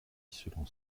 selon